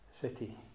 city